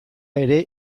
ere